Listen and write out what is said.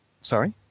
Sorry